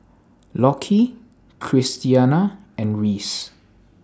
Lockie Christiana and Reese